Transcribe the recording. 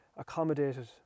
accommodated